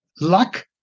luck